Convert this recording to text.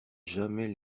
jamais